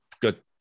good